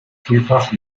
vielfach